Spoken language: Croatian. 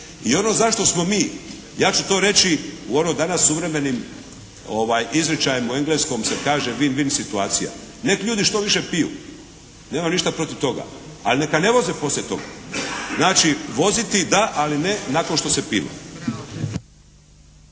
I ono zašto smo mi, ja ću to reći u ono danas suvremenim izričajem, u engleskom se kaže win-win situacija. Nek' ljudi što više piju, nemam ništa protiv toga, ali neka ne voze poslije toga. Znači voziti da, ali ne nakon što se pilo.